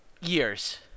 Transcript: years